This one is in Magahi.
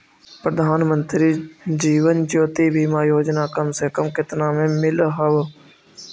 प्रधानमंत्री जीवन ज्योति बीमा योजना कम से कम केतना में मिल हव